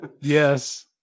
Yes